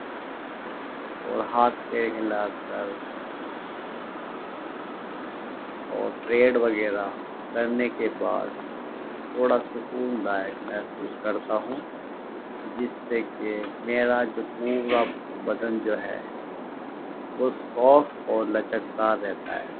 اور ہاتھ پیر ہلا کر اور پیڈ وغیرہ کرنے کے بعد تھوڑا سکون دائق محسوس کرتا ہوں جس سے کہ میرا جو پورا بدن جو ہے وہ سافٹ اور لچک دار رہتا ہے